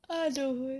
!aduh!